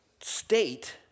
state